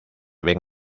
ven